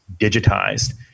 digitized